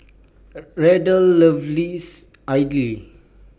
Randall loves Idly